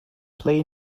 play